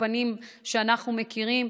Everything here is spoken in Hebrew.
האולפנים שאנחנו מכירים,